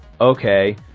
okay